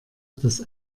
das